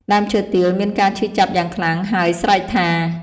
ដើមឈើទាលមានការឈឺចាប់យ៉ាងខ្លាំង ហើយស្រែកថា៖